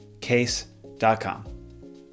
Case.com